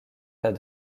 tas